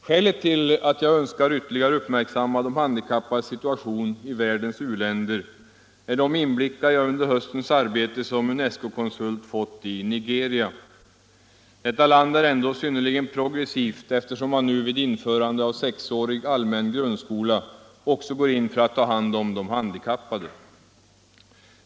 Skälet till att jag önskar ytterligare uppmärksamma de handikappades situation i världens u-länder är de inblickar jag under höstens arbete som UNESCO-konsult fick i Nigeria. Detta land är ändå synnerligen progressivt, eftersom man nu vid införandet av sexårig allmän grundskola också går in för att ta hand om de handikappade.